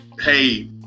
hey